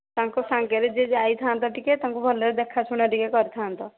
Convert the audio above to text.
ତାଙ୍କ ସାଙ୍ଗରେ ଯିଏ ଯାଇଥାଆନ୍ତା ଟିକିଏ ତାଙ୍କୁ ଭଲରେ ଦେଖା ଶୁଣା ଟିକିଏ କରିଥାନ୍ତ